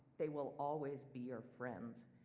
they will always be your friends.